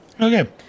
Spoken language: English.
Okay